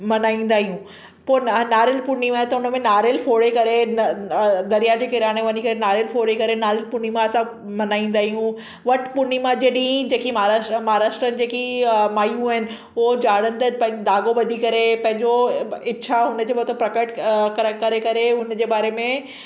मल्हाईंदा आहियूं पोइ नारि नारियल पुर्णिमा आहे त हुन में नारियल फोड़े करे दरियाह जे किनारे वञी करे नारियल फोड़े करे नारियल पुर्णिमा असां मल्हाईंदा आहियूं वट पुर्णिमा जे ॾींहुं जेकी महाराष्ट्रियनि महाराष्ट्रियनि जेकी मायूं आहिनि उहो झाड़नि ते पंहिंजो धाॻो ॿधी करे पंहिंजो इच्छा हुनजे मतलबु प्रकट करे करे हुनजे बारे में